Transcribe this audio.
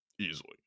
Easily